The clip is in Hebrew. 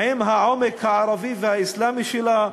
עם העומק הערבי והאסלאמי שלה,